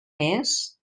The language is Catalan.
més